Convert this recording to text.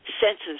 senses